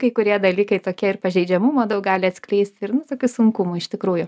kai kurie dalykai tokie ir pažeidžiamumo daug gali atskleist visokių sunkumų iš tikrųjų